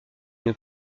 une